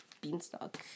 beanstalk